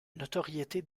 notoriété